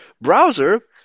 browser